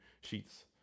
sheets